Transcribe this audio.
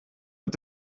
mit